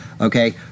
okay